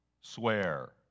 swear